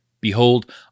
Behold